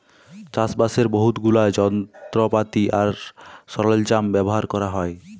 চাষবাসের বহুত গুলা যলত্রপাতি আর সরল্জাম ব্যাভার ক্যরা হ্যয়